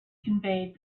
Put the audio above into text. conveyed